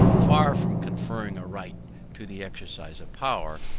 far from conferring a right to the exercise of power,